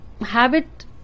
habit